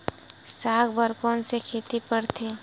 साग बर कोन से खेती परथे?